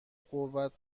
قوت